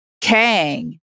kang